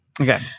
Okay